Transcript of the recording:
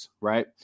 right